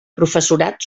professorat